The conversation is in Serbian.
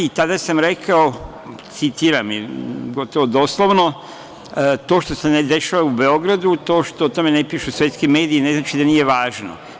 Tada sam rekao, citiram, gotovo doslovno, to što se ne dešava u Beogradu, to što o tome ne pišu svetski mediji ne znači da nije važno.